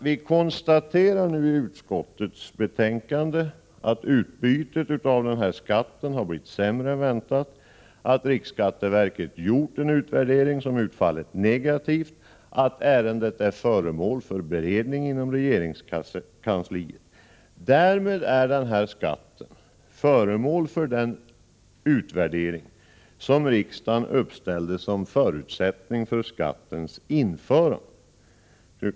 Vi konstaterar ju i utskottets betänkande att utbytet av skatten blivit sämre än väntat, att riksskatteverket gjort en utvärdering som utfallit negativt och att ärendet är föremål för beredning inom regeringskansliet. Därmed är kassettskatten föremål för den utvärdering som riksdagen angivit som en förutsättning för skattens införande.